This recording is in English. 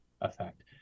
effect